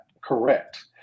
correct